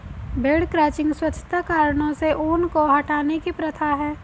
भेड़ क्रचिंग स्वच्छता कारणों से ऊन को हटाने की प्रथा है